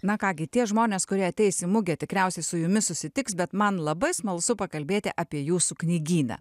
na ką gi tie žmonės kurie ateis į mugę tikriausiai su jumis susitiks bet man labai smalsu pakalbėti apie jūsų knygyną